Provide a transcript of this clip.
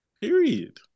period